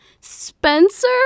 spencer